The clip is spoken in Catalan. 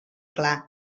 clar